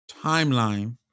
timeline